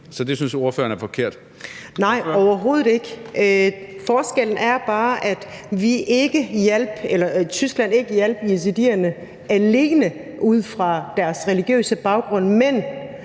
Kl. 18:51 Halime Oguz (SF): Nej, overhovedet ikke. Forskellen er bare den, at Tyskland ikke hjalp yazidierne alene ud fra deres religiøse baggrund, men